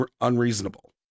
unreasonable